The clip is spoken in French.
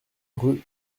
rue